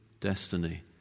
destiny